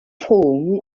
form